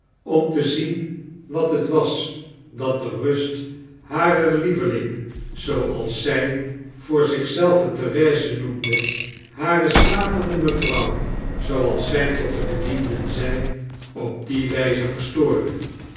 om te zien wat het was dat de rust harer lieveling zooals zjj voor zich zelve therese noemde harer slapende mevrouw zooals zy tot de bedienden zeide op die wpe verstoorde